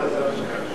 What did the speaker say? זה מה שחשוב.